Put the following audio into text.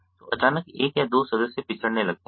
तो अचानक एक या दो सदस्य पिछड़ने लगते हैं